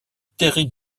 terry